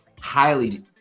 highly